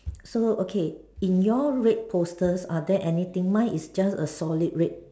so okay in your red posters are there anything mine is just a only solid red